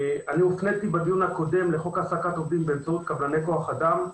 הופניתי בדיון הקודם לחוק העסקת עובדים באמצעות קבלני כוח אדם.